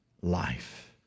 life